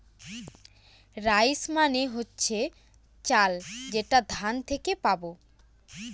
rice মানে হচ্ছে চাল যেটা ধান থেকে পাবো